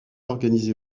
organisé